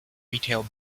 retail